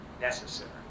necessary